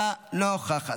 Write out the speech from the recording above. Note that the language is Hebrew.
אינה נוכחת,